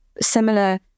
Similar